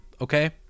okay